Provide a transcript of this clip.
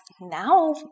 now